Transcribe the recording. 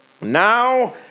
now